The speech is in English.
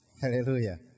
Hallelujah